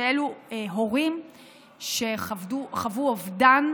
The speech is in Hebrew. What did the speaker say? שאלו הורים שחוו אובדן,